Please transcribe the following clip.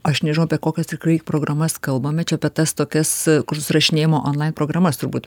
aš nežinau apie kokias tikrai programas kalbame čia apie tas tokias kur susirašinėjimo onlain programas turbūt